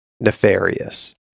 nefarious